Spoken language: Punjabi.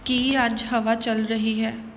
ਕੀ ਅੱਜ ਹਵਾ ਚੱਲ ਰਹੀ ਹੈ